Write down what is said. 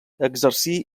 exercí